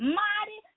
mighty